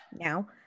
now